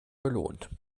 belohnt